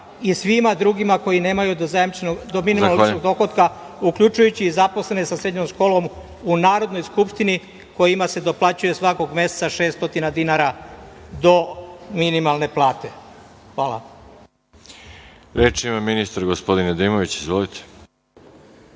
i svima drugima koji nemaju do minimalnog ličnog dohotka, uključujući i zaposlene sa srednjom školom u Narodnoj skupštini kojima se doplaćuje svakog meseca 600 dinara do minimalne plate. Hvala. **Veroljub Arsić** Reč ima ministar gospodin Nedimović. Izvolite.